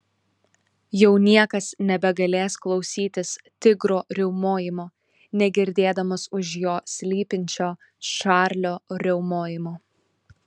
jau niekas nebegalės klausytis tigro riaumojimo negirdėdamas už jo slypinčio čarlio riaumojimo